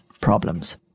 problems